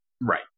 Right